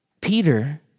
Peter